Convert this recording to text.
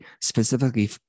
specifically